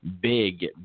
big